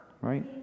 Right